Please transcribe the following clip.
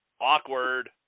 Awkward